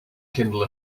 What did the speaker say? kindle